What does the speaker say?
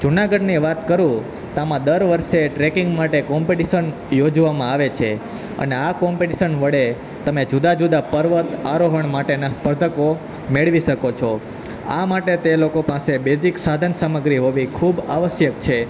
જુનાગઢની વાત કરું તો આમાં દર વર્ષે ટ્રેકિંગ માટે કોમ્પિટિશન યોજવામાં આવે છે અને આ કોમ્પિટિશન વડે તમે જુદા જુદા પર્વત આરોહણ માટેના સ્પર્ધકો મેળવી શકો છો આ માટે તે લોકો માટે પાસે બેઝિક સાધન સામગ્રી હોવી ખૂબ આવશ્યક છે